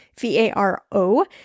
V-A-R-O